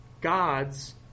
God's